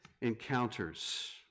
encounters